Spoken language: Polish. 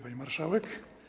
Pani Marszałek!